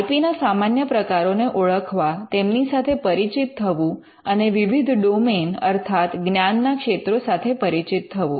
I P ના સામાન્ય પ્રકારોને ઓળખવા તેમની સાથે પરિચિત થવું અને વિવિધ ડોમેન અર્થાત જ્ઞાનના ક્ષેત્રો સાથે પરિચિત થવું